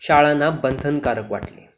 शाळांना बंधनकारक वाटले